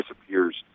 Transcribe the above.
disappears